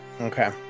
Okay